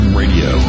radio